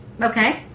Okay